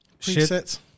presets